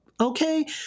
Okay